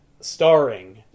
Starring